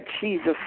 Jesus